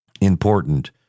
important